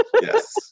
Yes